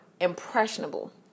impressionable